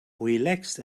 relaxed